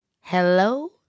Hello